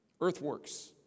Earthworks